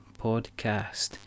podcast